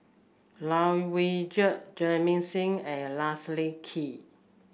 Lai Weijie Jamit Singh and Leslie Kee